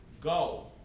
go